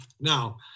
Now